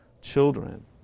children